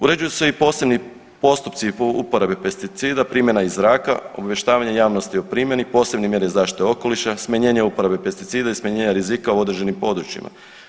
Uređuju se i posebni postupci po uporabi pesticida, primjena iz zraka, obavještavanje javnosti o primjeni, posebne mjere zaštite okoliša, smanjenje uporabe pesticida i smanjenje rizika u određenim područjima.